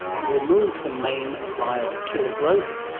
you remove the main, vile, killer growth,